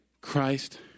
Christ